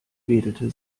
wedelte